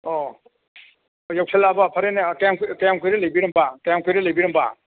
ꯑꯣ ꯌꯧꯁꯤꯜꯂꯛꯂꯕ ꯐꯔꯦꯅꯦ ꯀꯌꯥꯝ ꯀꯨꯏꯔꯦ ꯀꯌꯥꯝ ꯀꯨꯏꯔꯦ ꯂꯩꯕꯤꯔꯝꯕ ꯀꯌꯥꯝ ꯀꯨꯏꯔꯦ ꯂꯩꯕꯤꯔꯝꯕ